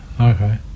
Okay